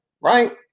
right